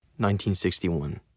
1961